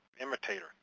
imitator